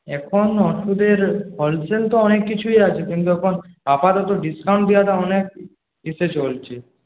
এখন ওষুধের হোলসেল তো অনেক কিছুই আছে কিন্তু এখন আপাতত ডিসকাউন্ট দেওয়াটা অনেক চলছে